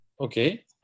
Okay